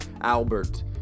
Albert